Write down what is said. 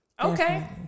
Okay